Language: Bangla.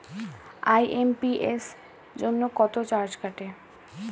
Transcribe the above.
আই.এম.পি.এস জন্য কত চার্জ কাটে?